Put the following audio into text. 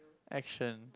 action